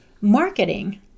marketing